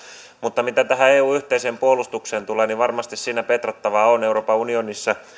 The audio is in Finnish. mutta mitä tähän eun yhteiseen puolustukseen tulee niin varmasti siinä petrattavaa on euroopan unionissa